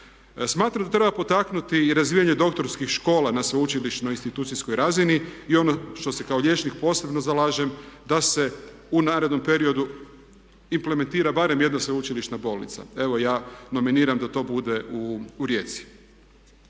Smatram da treba potaknuti i razvijanje doktorskih škola na sveučilišno institucijskoj razini i ono što se kao liječnik posebno zalažem da se u narednom periodu implementira barem jedna sveučilišna bolnica. Evo ja nominiram da to bude u Rijeci.